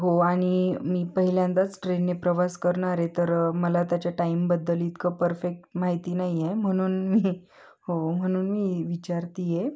हो आणि मी पहिल्यांदाच ट्रेनने प्रवास करणार आहे तर मला त्याच्या टाईमबद्दल इतकं परफेक्ट माहिती नाही आहे म्हणून मी हो म्हणून मी विचारते आहे